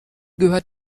gehört